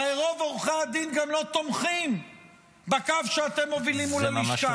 הרי רוב עורכי הדין גם לא תומכים בקו שאתם מובילים מול הלשכה.